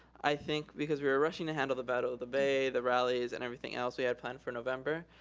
i think because we were rushing to handle the battle of the bay, the rallies and everything else we had planned for november,